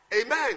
Amen